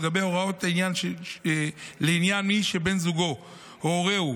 ולגבי הוראות לעניין מי שבן זוגו או הורהו